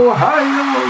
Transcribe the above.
Ohio